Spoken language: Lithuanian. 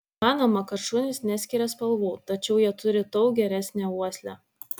manoma kad šunys neskiria spalvų tačiau jie turi daug geresnę uoslę